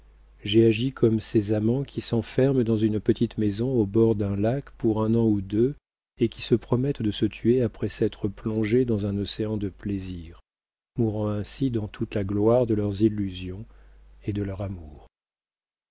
j'ai agi comme ces amants qui s'enferment dans une petite maison au bord d'un lac pour un an ou deux et qui se promettent de se tuer après s'être plongés dans un océan de plaisirs mourant ainsi dans toute la gloire de leurs illusions et de leur amour